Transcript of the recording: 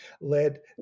led